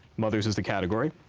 mothers is the category.